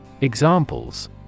Examples